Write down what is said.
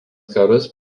karus